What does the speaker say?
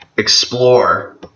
Explore